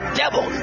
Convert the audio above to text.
devil